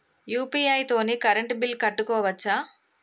UPI తోని current bill కట్టుకోవచ్ఛా?